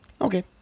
Okay